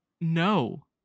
No